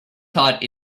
thought